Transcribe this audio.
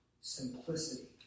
simplicity